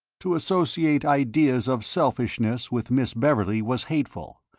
to associate ideas of selfishness with miss beverley was hateful,